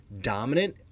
dominant